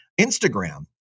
Instagram